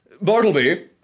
Bartleby